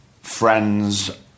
friends